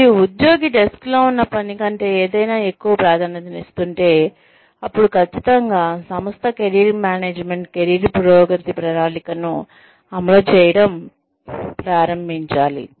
మరియు ఉద్యోగి డెస్క్లో ఉన్న పని కంటే ఏదైనా ఎక్కువ ప్రాధాన్యతనిస్తుంటే అప్పుడు ఖచ్చితంగా సంస్థ కెరీర్ మేనేజ్మెంట్ కెరీర్ ప్రగతి ప్రణాళికను అమలు చేయడం ప్రారంభించాలి